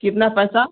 कितना पैसा